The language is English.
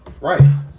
Right